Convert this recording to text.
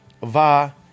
va